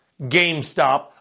GameStop